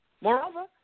Moreover